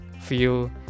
feel